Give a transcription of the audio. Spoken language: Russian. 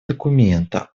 документа